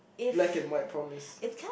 black and white promise